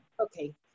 Okay